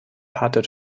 pater